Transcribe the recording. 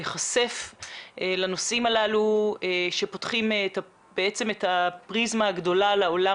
להיחשף לנושאים הללו שפותחים את הפריזמה הגדולה לעולם